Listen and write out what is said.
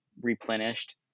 replenished